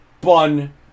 bun